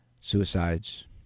suicides